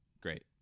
Great